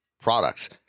products